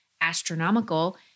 astronomical